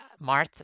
Marth